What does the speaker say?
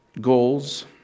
goals